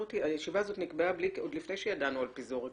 הישיבה הזו נקבע עוד לפני שידענו על פיזור הכנסת.